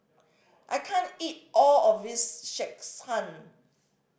I can't eat all of this